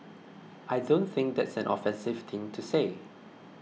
I don't think that's an offensive thing to say